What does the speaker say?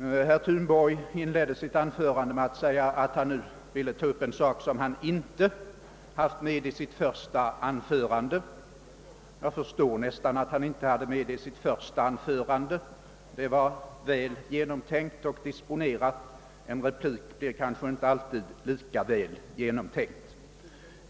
Herr Thunborg inledde sitt anförande med att förklara att han nu skulle ta upp något som han inte berört i sitt första yttrande, och jag förstår nästan att han inte kom in på denna fråga då. Hans anförande då var väl genomtänkt och disponerat, men en replik är kanske inte alltid lika väl genomtänkt.